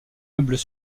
meubles